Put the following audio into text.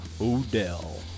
O'Dell